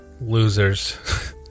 Losers